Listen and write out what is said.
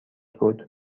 بود